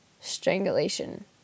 strangulation